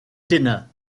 dinner